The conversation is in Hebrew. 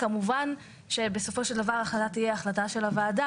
כמובן שבסופו של דבר ההחלטה תהיה החלטה של הוועדה,